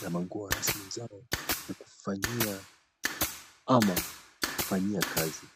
na manguo rasmi zao za kufanyia ama kufanyia kazi.